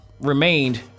remained